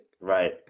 Right